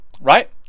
Right